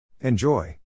Enjoy